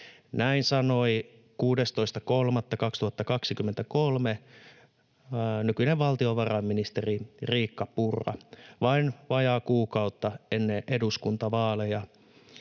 Näin sanoi 16.3.2023 nykyinen valtiovarainministeri Riikka Purra vain vajaa kuukautta ennen eduskuntavaaleja.